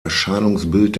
erscheinungsbild